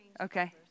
Okay